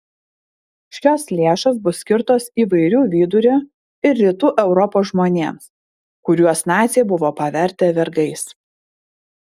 šios lėšos bus skirtos įvairių vidurio ir rytų europos žmonėms kuriuos naciai buvo pavertę vergais